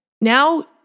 Now